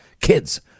Kids